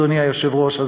אדוני היושב-ראש,